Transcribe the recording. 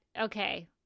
Okay